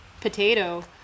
potato